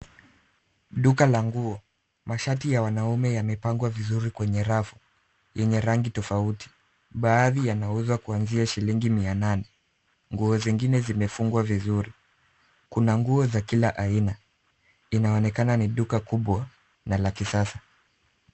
Duka la nguo. Mashati ya wanaume yamepangwa vizuri kwenye rafu yenye rangi tofauti. Baadhi yanauzwa kuanzia shilingi mia nane. Nguo zingine zimefungwa vizuri. Kuna nguo za kila aina. Inaonekana ni duka kubwa na la kisasa.